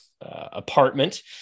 apartment